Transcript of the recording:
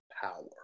power